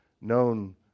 known